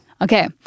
Okay